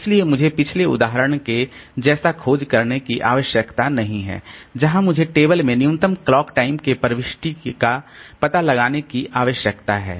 इसलिए मुझे पिछले उदाहरण के जैसा खोज करने की आवश्यकता नहीं है जहां मुझे टेबल में न्यूनतम क्लॉक टाइम के प्रविष्टि का पता लगाने की आवश्यकता है